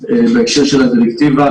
בהקשר של הדירקטיבה,